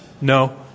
No